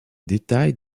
détail